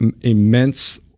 immense